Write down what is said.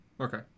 Okay